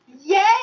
Yay